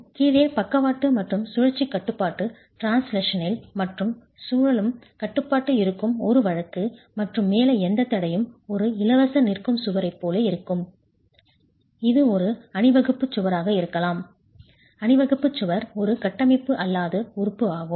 மற்றும் கீழே பக்கவாட்டு மற்றும் சுழற்சி கட்டுப்பாடு ட்ரான்ஸ்லஷனல் மற்றும் சுழலும் கட்டுப்பாடு இருக்கும் ஒரு வழக்கு மற்றும் மேலே எந்த தடையும் ஒரு இலவச நிற்கும் சுவரைப் போல இருக்கும் இது ஒரு அணிவகுப்பு சுவராக இருக்கலாம் அணிவகுப்பு சுவர் ஒரு கட்டமைப்பு அல்லாத உறுப்பு ஆகும்